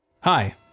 Hi